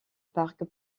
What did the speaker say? parc